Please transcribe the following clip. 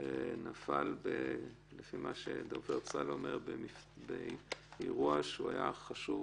הוא נפל לפי מה שדובר צה"ל אומר באירוע שהיה חשוב